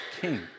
King